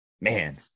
man